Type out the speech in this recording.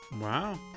Wow